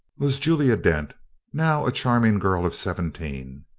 was julia dent now a charming girl of seventeen.